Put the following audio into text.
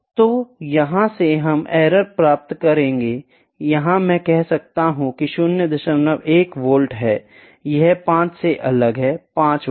तो यहाँ से हम एरर प्राप्त करेंगे यहाँ मैं कह सकता हूँ कि 01 वोल्ट है यह 5 से अलग है 5 वोल्ट